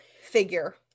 figure